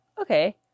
okay